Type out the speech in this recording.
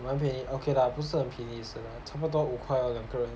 蛮便宜 okay lah 不是很便宜也是啦差不多五块咯两个人